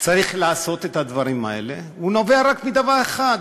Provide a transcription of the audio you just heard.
צריך לעשות את הדברים האלה, נובעת רק מדבר אחד: